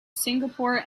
singapore